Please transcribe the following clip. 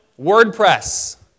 WordPress